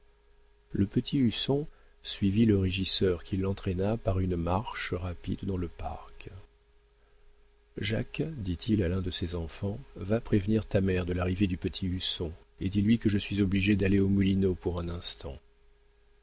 le petit husson suivit le régisseur qui l'entraîna par une marche rapide dans le parc jacques dit-il à l'un de ses enfants va prévenir ta mère de l'arrivée du petit husson et dis-lui que je suis obligé d'aller aux moulineaux pour un instant